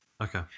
okay